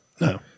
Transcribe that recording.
No